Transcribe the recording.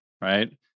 right